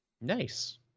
nice